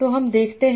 तो हम देखते हैं